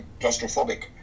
claustrophobic